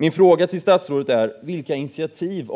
Min fråga till statsrådet är vilka initiativ